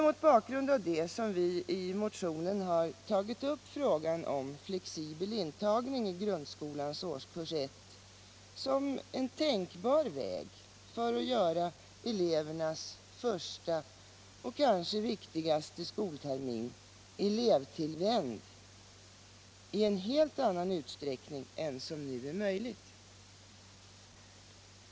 Mot bakgrund av detta har vi i motionen tagit upp frågan om flexibel intagning i grundskolans årskurs I som en tänkbar väg att göra elevernas första — och kanske viktigaste — skoltermin elevtillvänd i en helt annan utsträckning än som nu är möjligt.